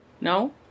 No